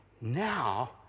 Now